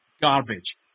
Garbage